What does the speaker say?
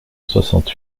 soixante